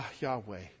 Yahweh